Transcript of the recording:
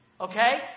Okay